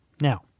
Now